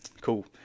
Cool